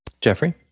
Jeffrey